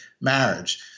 marriage